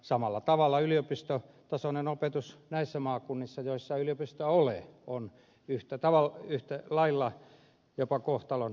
samalla tavalla yliopistotasoinen opetus näissä maakunnissa joissa yliopistoa ei ole on yhtä lailla jopa kohtalonkysymys